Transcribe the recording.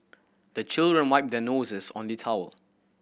the children wipe their noses on the towel